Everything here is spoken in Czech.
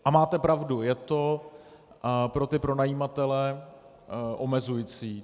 A máte pravdu, je to pro ty pronajímatele omezující.